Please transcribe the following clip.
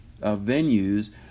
venues